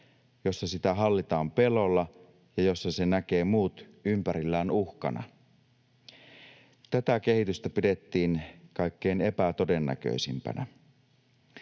jossa sitä hallitaan pelolla ja jossa se näkee muut ympärillään uhkana. Tätä kehitystä pidettiin kaikkein epätodennäköisimpänä.